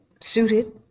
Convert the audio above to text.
suited